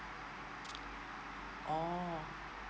orh